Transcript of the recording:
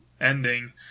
ending